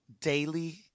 daily